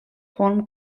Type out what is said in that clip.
form